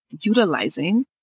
utilizing